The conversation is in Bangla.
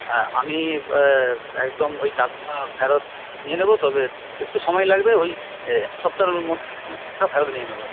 হ্যাঁ আমি একদম ওই টাকা ফেরত নিয়ে নেব তবে একটু সময় লাগবে ওই এক সপ্তাহের মধ্যে ফেরত নিয়ে নেব